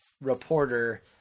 reporter